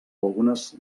algunes